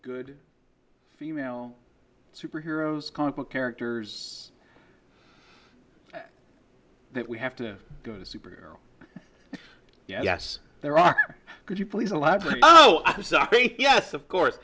good female superheroes comic book characters that we have to go to a superhero yes there are could you please elaborate oh i'm sorry yes of course